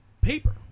paper